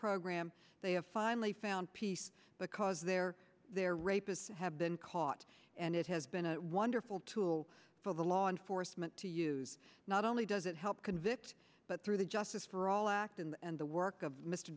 program they have finally found peace because they're their rapists have been caught and it has been a wonderful tool for the law enforcement to use not only does it help convict but through the justice for all act and the work of mr